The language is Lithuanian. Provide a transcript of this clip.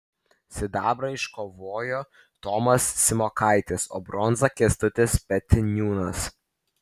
sidabrą iškovojo tomas simokaitis o bronzą kęstutis petniūnas